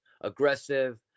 aggressive